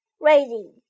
Raising